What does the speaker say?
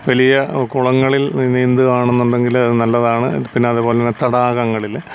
വലിയ കുളങ്ങളിൽ നീന്തുകയാണെന്നുണ്ടങ്കിൽ അത് നല്ലതാണ് പിന്നെ അതേ പോലെ തന്നെ തടാകങ്ങളിൽ